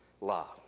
love